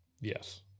Yes